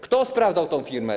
Kto sprawdzał tę firmę?